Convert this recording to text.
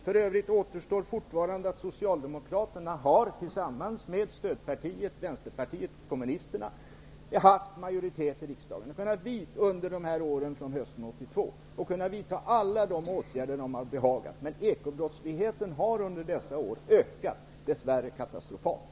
För övrigt kvarstår fortfarande att Vänsterpartiet kommunisterna har haft majoritet i riksdagen från hösten 1982 och kunnat vidta alla de åtgärder som de behagade. Men ekobrottsligheten har under dessa år ökat, dess värre katastrofalt.